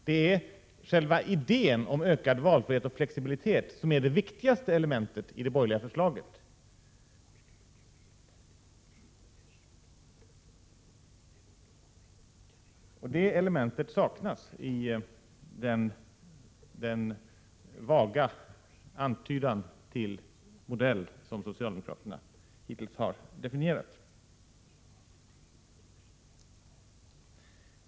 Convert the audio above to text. Det är själva idén om ökad valfrihet och flexibilitet som är det viktigaste elementet i det borgerliga förslaget, och det elementet saknas i den vaga antydan till modell som socialdemokraterna hittills har definierat.